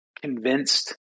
convinced